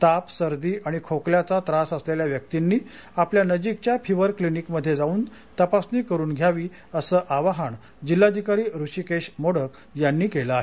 ताप सर्दी आणि खोकल्याचा त्रास असलेल्या व्यक्तींनी आपल्या नजीकच्या फिव्हर क्लिनिकमध्ये जावून तपासणी करून घ्यावी असं आवाहन जिल्हाधिकारी हृषीकेश मोडक यांनी केले आहे